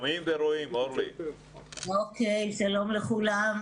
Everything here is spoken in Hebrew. שלום לכולם.